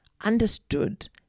understood